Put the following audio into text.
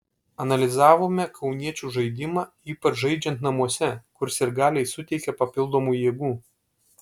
analizavome kauniečių žaidimą ypač žaidžiant namuose kur sirgaliai suteikia papildomų jėgų